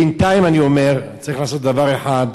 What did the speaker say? בינתיים, אני אומר, צריך לעשות דבר אחד.